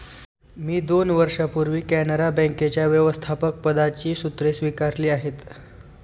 मी दोन वर्षांपूर्वी कॅनरा बँकेच्या व्यवस्थापकपदाची सूत्रे स्वीकारली आहेत